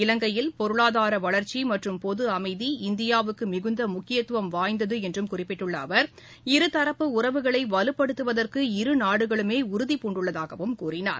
இலங்கையில் பொருளாதார வளர்ச்சி மற்றும் பொது அமைதி இந்தியாவுக்கு மிகுந்த முக்கியத்துவம் வாய்ந்தது என்றும் குறிப்பிட்டுள்ள அவர் இருதரப்பு உறவுகளை வலுப்படுத்துவதற்கு இருநாடுகளுமே உறுதி பூண்டுள்ளதாகவும் கூறினார்